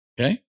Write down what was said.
Okay